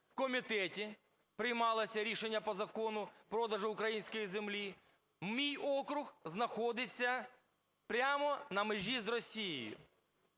в комітеті, приймалося рішення по закону продажу української землі. Мій округ знаходиться прямо на межі з Росією.